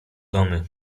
domy